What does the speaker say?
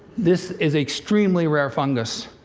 this is extremely rare fungus.